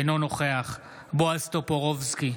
אינו נוכח בועז טופורובסקי,